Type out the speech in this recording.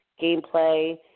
gameplay